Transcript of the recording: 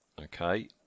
Okay